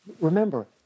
Remember